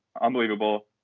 unbelievable